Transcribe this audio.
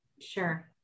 sure